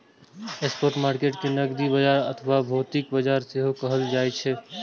spot market कें नकदी बाजार अथवा भौतिक बाजार सेहो कहल जाइ छै